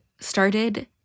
started